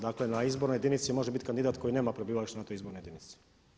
Dakle, na izbornoj jedinici može biti kandidat koji nema prebivalište na toj izbornoj jedinici.